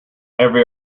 every